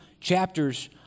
chapters